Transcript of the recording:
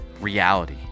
reality